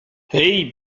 hey